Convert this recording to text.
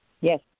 Yes